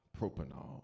propanol